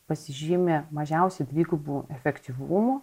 pasižymi mažiausiai dvigubu efektyvumu